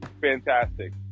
fantastic